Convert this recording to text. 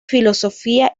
filología